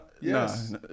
yes